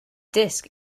disk